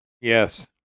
Yes